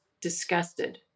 disgusted